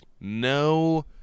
no